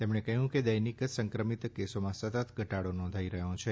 તેમણે કહ્યું કે દૈનિક સંક્રમિત કેસોમાં સતત ઘટાડો નોંધાથ છે